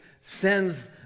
sends